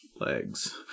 legs